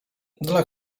dla